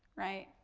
right,